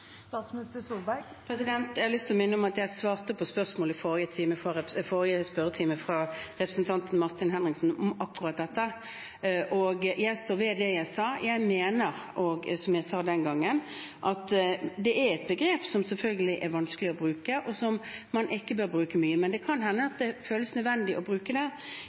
Jeg har lyst til å minne om at jeg i forrige spørretime svarte på spørsmålet fra representanten Martin Henriksen om akkurat dette, og jeg står ved det jeg sa. Jeg mener, som jeg sa den gangen, at det er et begrep som selvfølgelig er vanskelig å bruke, og som man ikke bør bruke mye. Men det kan hende at det føles nødvendig å bruke det.